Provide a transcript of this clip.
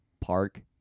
park